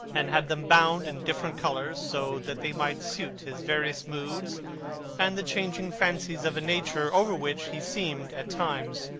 and had them bound in different colours, so that they might suit his various moods and the changing fancies of a nature over which he seemed, at times,